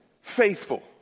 faithful